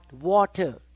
water